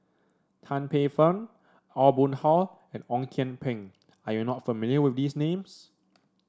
Tan Paey Fern Aw Boon Haw and Ong Kian Peng are you not familiar with these names